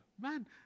Man